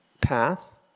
path